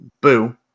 Boo